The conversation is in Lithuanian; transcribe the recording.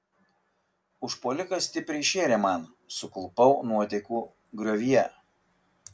užpuolikas stipriai šėrė man suklupau nuotekų griovyje